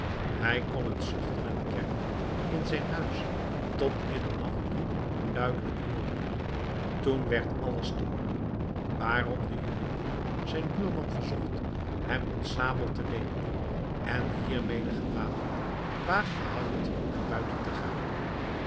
hij kon het zuchten en kermen in zijn huis tot middernacht toe duidelijk hooren toen werd alles stil waarom de juwelier zijn buurman verzocht hem een sabel te leenen en hiermede gewapend waagde hij het naar buiten te gaan